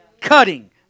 cutting